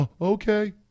Okay